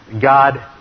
God